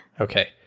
Okay